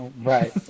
right